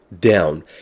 down